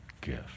gift